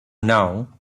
now